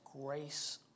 grace